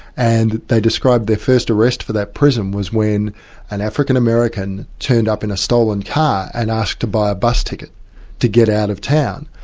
and they described their first arrest for that prison was when an african-american turned up in a stolen car and asked to buy a bus ticket to get out of town.